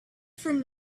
from